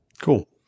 Cool